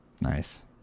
nice